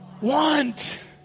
Want